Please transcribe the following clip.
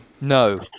No